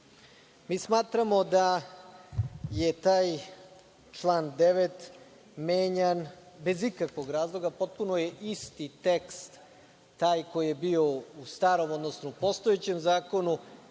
smatramo da je taj član 9. menjan bez ikakvog razloga, potpuno je isti tekst taj koji je bio u starom, odnosno u postojećem zakonu,